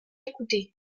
écoutée